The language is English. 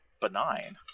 benign